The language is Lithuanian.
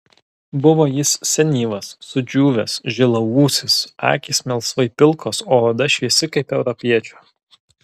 buvo jis senyvas sudžiūvęs žilaūsis akys melsvai pilkos o oda šviesi kaip europiečio